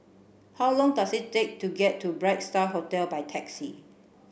how long does it take to get to Bright Star Hotel by taxi